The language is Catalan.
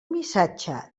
missatge